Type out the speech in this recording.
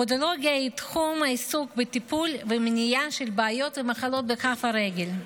הפודולוגיה היא תחום העוסק בטיפול ובמניעה של בעיות ומחלות בכף הרגל.